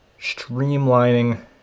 streamlining